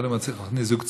יכולים להכניס זוג צעיר.